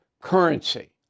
currency